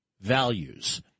values